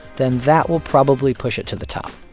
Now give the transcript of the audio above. then that will probably push it to the top.